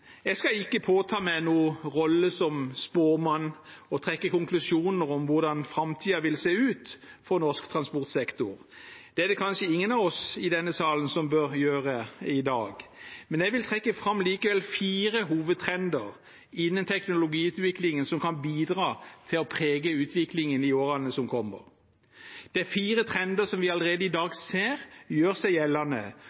Jeg skal ikke påta meg noen rolle som spåmann og trekke konklusjoner om hvordan framtiden vil se ut for norsk transportsektor. Det er det kanskje ingen av oss i denne salen som bør gjøre i dag. Men jeg vil likevel trekke fram fire hovedtrender innen teknologiutviklingen som kan bidra til å prege utviklingen i årene som kommer. Det er fire trender som vi allerede i dag